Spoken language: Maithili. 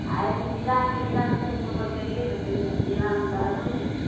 जिला छै जिला तऽ खोजि कऽ ऊपर कैरिये लेतै ने जिलामे तऽ हरबै छै लोक